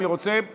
אני רוצה לגשת,